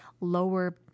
lower